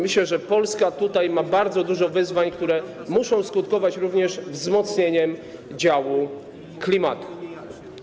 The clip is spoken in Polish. Myślę, że Polska tutaj ma bardzo dużo wyzwań, które muszą skutkować również wzmocnieniem działu klimatu.